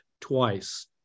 twice